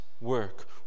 work